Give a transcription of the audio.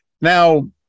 Now